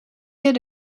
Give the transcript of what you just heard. did